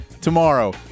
tomorrow